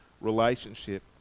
relationship